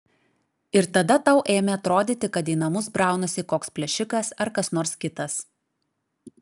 ir tada tau ėmė atrodyti kad į namus braunasi koks plėšikas ar kas nors kitas